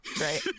right